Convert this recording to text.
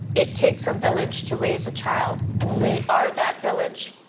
it takes a village to raise a child, and we are that village.